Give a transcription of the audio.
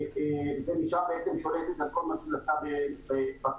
ומשם היא שולטת על כל מה שנעשה בקו.